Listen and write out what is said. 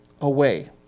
away